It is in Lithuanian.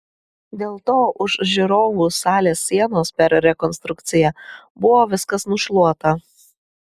dėl to už žiūrovų salės sienos per rekonstrukciją buvo viskas nušluota